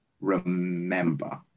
remember